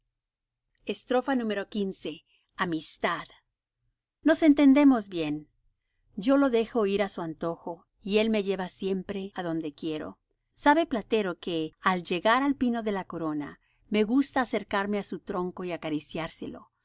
platero xv amistad nos entendemos bien yo lo dejo ir á su antojo y él me lleva siempre adonde quiero sabe platero que al llegar al pino de la corona me gusta acercarme á su tronco y acariciárselo